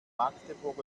magdeburg